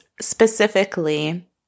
specifically